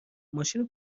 ماشینو